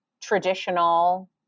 traditional